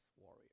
warrior